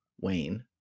Wayne